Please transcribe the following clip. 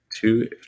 two